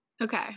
Okay